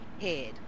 head